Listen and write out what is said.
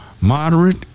moderate